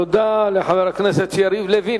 תודה לחבר הכנסת יריב לוין.